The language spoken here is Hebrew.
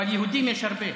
אבל יהודים יש הרבה.